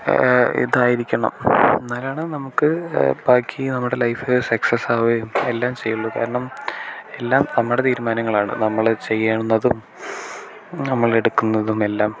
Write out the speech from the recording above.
ഇതായിരിക്കണം എന്നാലാണ് നമുക്ക് ബാക്കി നമ്മുടെ ലൈഫ് സക്സസ് ആവുകയും എല്ലാം ചെയ്യുള്ളൂ കാരണം എല്ലാം നമ്മുടെ തീരുമാനങ്ങൾ ആണ് നമ്മൾ ചെയ്യുന്നതും നമ്മളെടുക്കുന്നതും എല്ലാം